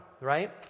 right